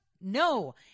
No